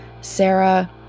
Sarah